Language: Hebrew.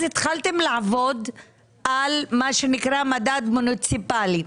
אז התחלתם לעבוד על מה שנקרא מדד מוניציפלי.